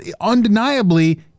undeniably